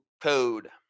code